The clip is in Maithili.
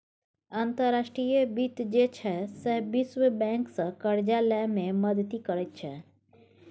अंतर्राष्ट्रीय वित्त जे छै सैह विश्व बैंकसँ करजा लए मे मदति करैत छै